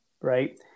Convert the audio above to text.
Right